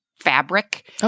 fabric